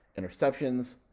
interceptions